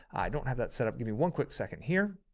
i don't have that set up. give me one quick second here.